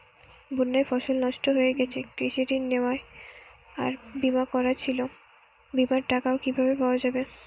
বন্যায় ফসল নষ্ট হয়ে গেছে কৃষি ঋণ নেওয়া আর বিমা করা ছিল বিমার টাকা কিভাবে পাওয়া যাবে?